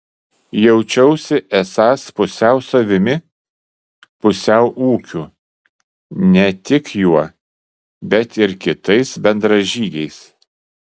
jaučiausi esąs pusiau savimi pusiau ūkiu ne tik juo bet ir kitais bendražygiais